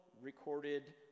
recorded